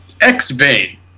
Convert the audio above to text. X-Vein